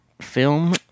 film